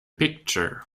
picture